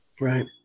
Right